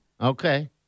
Okay